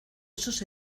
esos